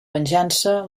venjança